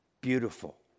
beautiful